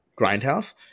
Grindhouse